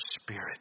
spirit